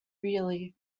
really